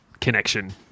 connection